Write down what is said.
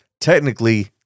technically